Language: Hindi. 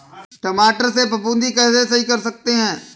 टमाटर से फफूंदी कैसे सही कर सकते हैं?